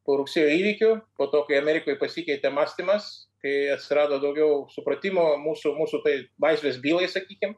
po rugsėjo įvykių po to kai amerikoj pasikeitė mąstymas kai atsirado daugiau supratimo mūsų mūsų tai laisvės bylai sakykim